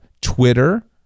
Twitter